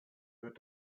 wird